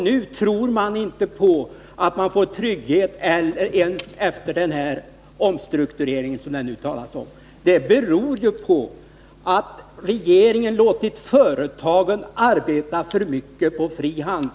Nu tror man inte på att man får trygghet ens efter den omstrukturering som det har talats om. Det beror på att regeringen låtit företagen arbeta för mycket på fri hand.